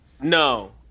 No